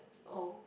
oh